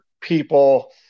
people